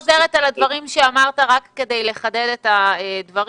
חוזרת על הדברים שאמרת רק כדי לחדד את הדברים,